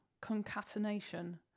concatenation